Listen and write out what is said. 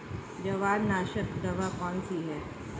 जवारनाशक दवा कौन सी है?